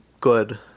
good